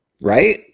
Right